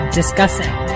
discussing